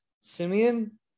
Simeon